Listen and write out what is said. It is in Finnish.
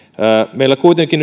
meillä kuitenkin